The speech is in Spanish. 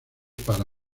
para